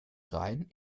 rhein